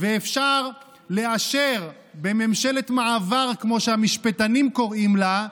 ואפשר לאשר בממשלת מעבר, כמו שהמשפטנים קוראים לה,